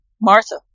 Martha